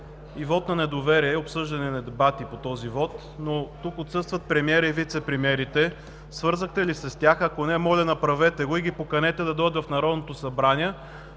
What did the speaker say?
и вот на недоверие – обсъждане на дебати по този вот, но тук отсъстват премиерът и вицепремиерите. Свързахте ли се тях? Ако не, моля, направете го и ги поканете да дойдат в Народното събрание.